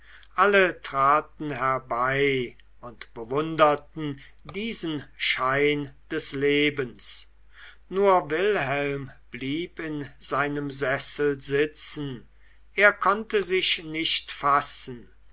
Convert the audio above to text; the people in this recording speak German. alle traten herbei und bewunderten diesen schein des lebens nur wilhelm blieb in seinem sessel sitzen er konnte sich nicht fassen